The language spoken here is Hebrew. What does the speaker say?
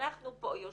ואנחנו פה יושבים,